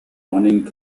running